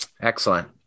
excellent